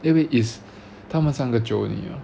eh wait is 他们三个 jio 你啊